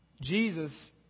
Jesus